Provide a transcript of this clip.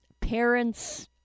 parents